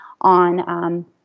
on